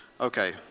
Okay